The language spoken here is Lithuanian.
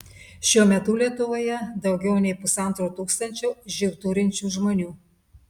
šiuo metu lietuvoje daugiau nei pusantro tūkstančio živ turinčių žmonių